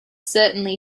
certainly